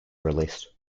released